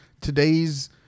today's